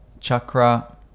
chakra